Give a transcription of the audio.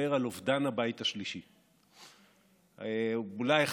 נתון אמיתי לא הובא על ההדבקות בהפגנות, לא רק